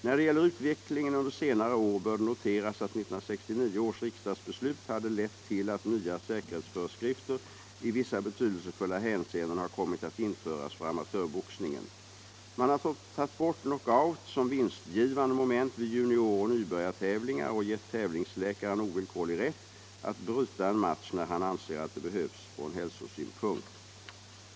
När det gäller utvecklingen under senare år bör det noteras att 1969 års riksdagsbeslut har lett till att nya säkerhetsföreskrifter i vissa betydelsefulla hänseenden har kommit att införas för amatörboxningen. Man har tagit bort knockout som vinstgivande moment vid junioroch nybörjartävlingar och gett tävlingsläkare ovillkorlig rätt att bryta en match när han anser att det behövs från hälsosynpunkt.